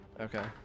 Okay